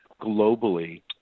globally